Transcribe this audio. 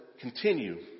continue